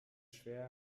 schwer